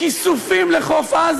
כיסופים לחוף עזה?